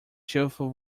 cheerful